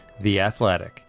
theathletic